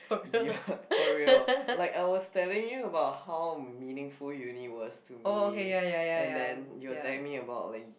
ya for real like I was telling you about how meaningful uni was to me and then you're telling me about like